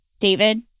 David